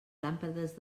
làmpades